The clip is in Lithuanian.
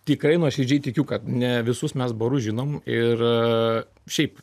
tikrai nuoširdžiai tikiu kad ne visus mes barus žinom ir šiaip